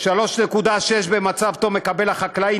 3.60 במצב טוב מקבל החקלאי,